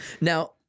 Now